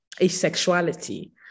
asexuality